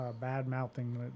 bad-mouthing